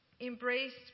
embraced